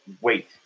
wait